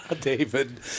David